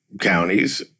counties